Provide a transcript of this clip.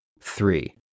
three